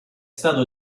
stato